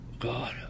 God